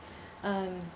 mm